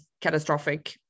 catastrophic